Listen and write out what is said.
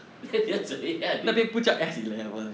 then 你要这样你